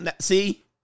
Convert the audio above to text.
See